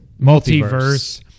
multiverse